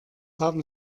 haben